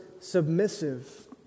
submissive